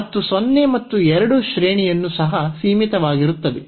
ಮತ್ತು 0 ಮತ್ತು 2 ಶ್ರೇಣಿಯನ್ನು ಸಹ ಸೀಮಿತವಾಗಿರುತ್ತದೆ